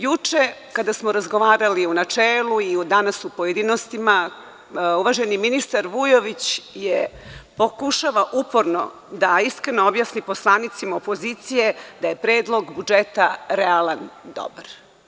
Juče kada smo razgovarali u načelu i danas u pojedinostima, uvaženi ministar Vujović pokušava uporno da iskreno objasni poslanicima opozicije da je Predlog budžeta realan i dobar.